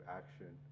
action